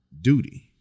duty